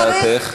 הצעתך?